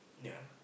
ya